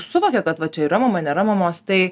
suvokė kad va čia yra mama nėra mamos tai